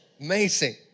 Amazing